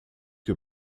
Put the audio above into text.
que